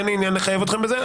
אין לי עניין לחייב אתכם בזה.